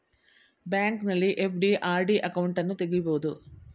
ಬ್ಯಾಂಕಲ್ಲಿ FD, RD ಅಕೌಂಟನ್ನು ತಗಿಬೋದು